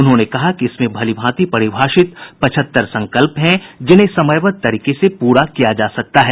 उन्होंने कहा कि इसमें भलीभांति परिभाषित पचहत्तर संकल्प हैं जिन्हें समयबद्ध तरीके से पूरा किया जा सकता है